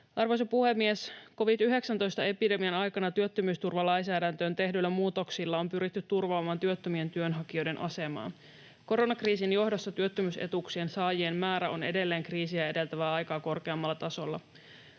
Arvoisa puhemies! Covid-19-epidemian aikana työttömyysturvalainsäädäntöön tehdyillä muutoksilla on pyritty turvaamaan työttömien työnhakijoiden asemaa. Koronakriisin johdosta työttömyysetuuksien saajien määrä on edelleen kriisiä edeltävää aikaa korkeammalla tasolla.